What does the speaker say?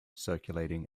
circulating